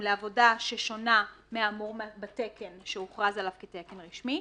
לעבודה ששונה מהאמור בתקן שהוכרז עליו כתקן רשמי.